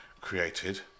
created